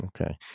Okay